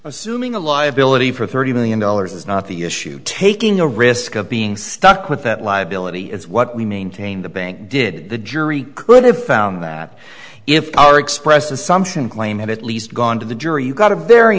the liability for thirty million dollars is not the issue taking a risk of being stuck with that liability is what we maintain the bank did the jury could have found that if our express assumption claimed at least gone to the jury you got a very